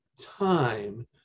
time